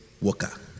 worker